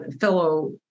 fellow